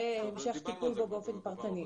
והמשך טיפול בו באופן פרטני.